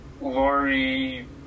lori